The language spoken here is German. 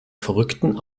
verrückten